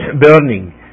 burning